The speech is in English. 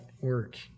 Work